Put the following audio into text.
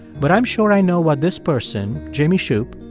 but i'm sure i know what this person, jamie shupe,